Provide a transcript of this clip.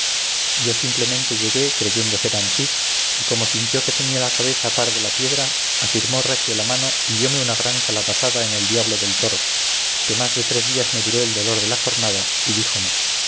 yo simplemente llegué creyendo ser ansí y como sintió que tenía la cabeza par de la piedra afirmó recio la mano y diome una gran calabazada en el diablo del toro que más de tres días me duró el dolor de la cornada y díjome